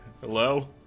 Hello